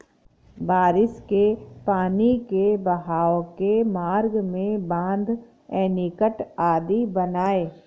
बारिश के पानी के बहाव के मार्ग में बाँध, एनीकट आदि बनाए